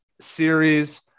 series